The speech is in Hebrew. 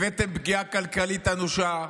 הבאתם פגיעה כלכלית אנושה,